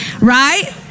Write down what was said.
right